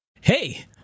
Hey